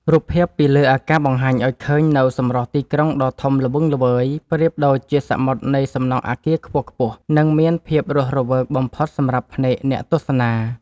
រូបភាពពីលើអាកាសបង្ហាញឱ្យឃើញនូវសម្រស់ទីក្រុងដ៏ធំល្វឹងល្វើយប្រៀបដូចជាសមុទ្រនៃសំណង់អាគារខ្ពស់ៗ និង មានភាពរស់រវើកបំផុតសម្រាប់ភ្នែកអ្នកទស្សនា។